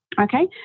Okay